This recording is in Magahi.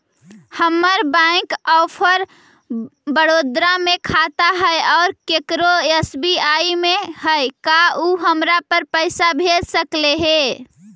हमर बैंक ऑफ़र बड़ौदा में खाता है और केकरो एस.बी.आई में है का उ हमरा पर पैसा भेज सकले हे?